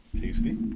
Tasty